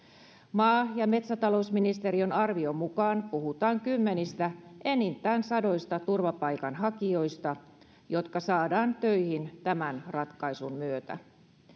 maa ja metsätalousministeriön arvion mukaan puhutaan kymmenistä enintään sadoista turvapaikanhakijoista jotka saadaan töihin tämän ratkaisun myötä